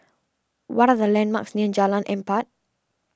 what are the landmarks near Jalan Empat